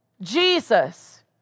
Jesus